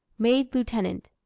made lieutenant.